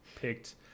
picked